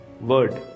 word